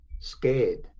scared